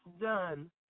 done